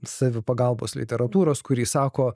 savipagalbos literatūros kuri sako